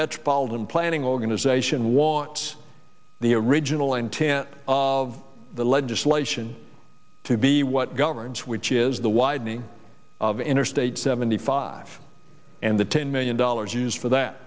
metropolitan planning organization wants the original intent of the legislation to be what governs which is the widening of interstate seventy five and the ten million dollars used for that